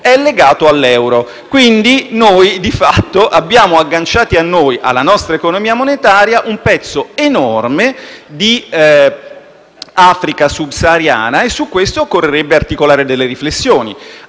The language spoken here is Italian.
è legato all'euro. Di fatto, quindi, vediamo agganciato a noi e alla nostra economia monetaria un pezzo enorme di Africa sub sahariana e al riguardo occorrerebbe articolare alcune riflessioni.